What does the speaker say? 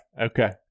okay